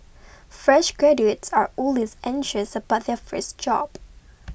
fresh graduates are always anxious about their first job